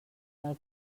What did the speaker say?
del